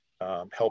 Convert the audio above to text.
help